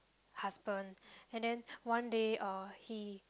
husband and then one day uh he